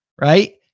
right